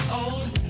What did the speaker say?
old